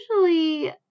usually